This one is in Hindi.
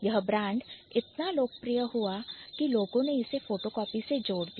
यह ब्रांड इतना लोकप्रिय हुआ कि लोगों ने इसे फोटोकॉपी से जोड़ दिया